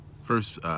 first